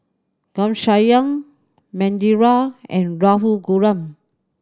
Ghanshyam Manindra and Raghuram